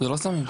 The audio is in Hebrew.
לא.